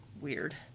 weird